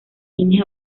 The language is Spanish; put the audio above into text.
hines